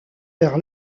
vers